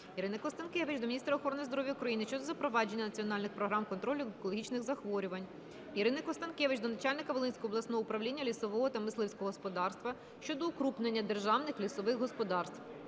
Ірини Констанкевич до міністра охорони здоров'я України щодо запровадження національних програм контролю онкологічних захворювань. Ірини Констанкевич до начальника Волинського обласного управління лісового та мисливського господарства щодо укрупнення державних лісових господарств.